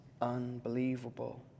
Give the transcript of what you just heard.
unbelievable